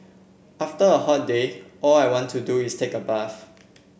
after a hot day all I want to do is take a bath